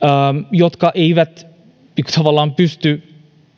jotka eivät tavallaan pysty